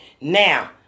Now